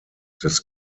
des